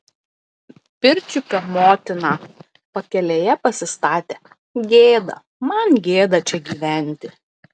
pirčiupio motiną pakelėje pasistatė gėda man gėda čia gyventi